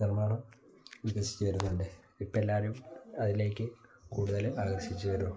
നിർമ്മാണം വികസിച്ച് വരുന്നുണ്ട് ഇപ്പം എല്ലാവരും അതിലേക്ക് കൂടുതൽ ആകർഷിച്ച് വരൂ